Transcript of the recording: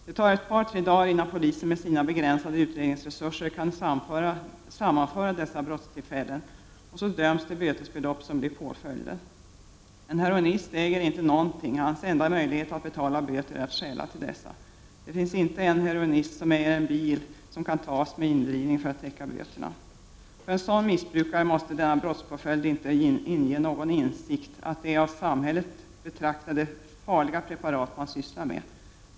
Det tar ett par tre dagar innan polisen med sina begränsade utredningsresurser kan sammanföra dessa brottstillfällen och utdöma det bötesbelopp som blir påföljden. En heroinist äger inte någonting. Hans enda möjlighet att skaffa sig pengar för att kunna betala böter är att stjäla. Det finns inte en enda heroinist som äger en bil som då kan beslagtas genom indrivning för att täcka böterna. För en sådan missbrukare måste denna brottspåföljd inte bidra till någon insikt om att det är av samhället betraktade farliga preparat som man sysslar med.